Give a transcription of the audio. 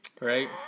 Right